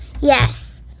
Yes